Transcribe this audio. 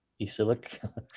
Isilik